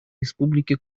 республике